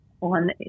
on